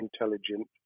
intelligent